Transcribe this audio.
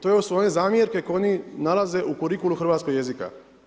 To su one zamjerke koje oni nalaze u kurikulu hrvatskog jezika.